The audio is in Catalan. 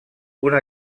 una